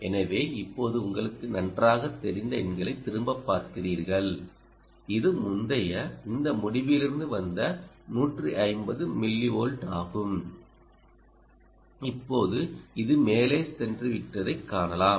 எனவே இப்போது உங்களுக்கு நன்றாகத் தெரிந்த எண்களைத் திரும்பப் பார்க்கிறீர்கள் இது முந்தைய இந்த முடிவிலிருந்து வந்த 150 மில்லிவோல்ட் ஆகும் இப்போது இது மேலே சென்றுவிட்டதைக் காணலாம்